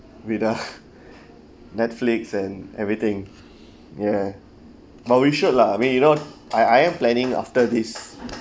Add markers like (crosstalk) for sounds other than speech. with the (breath) Netflix and everything (breath) ya but we should lah I mean you know I I am planning after this